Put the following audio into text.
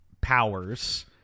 powers